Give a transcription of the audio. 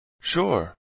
Sure